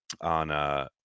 on